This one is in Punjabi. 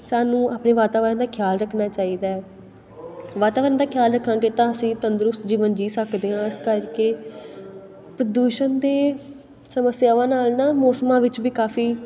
ਸਾਨੂੰ ਆਪਣੇ ਵਾਤਾਵਰਨ ਦਾ ਖਿਆਲ ਰੱਖਣਾ ਚਾਹੀਦਾ ਵਾਤਾਵਰਨ ਦਾ ਖਿਆਲ ਰੱਖਾਂਗੇ ਤਾਂ ਅਸੀਂ ਤੰਦਰੁਸਤ ਜੀਵਨ ਜੀ ਸਕਦੇ ਹਾਂ ਇਸ ਕਰਕੇ ਪ੍ਰਦੂਸ਼ਣ ਦੇ ਸਮੱਸਿਆਵਾਂ ਨਾਲ ਨਾ ਮੌਸਮਾਂ ਵਿੱਚ ਵੀ ਕਾਫ਼ੀ